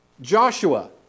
Joshua